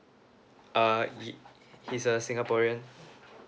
uh he is a singaporean